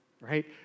right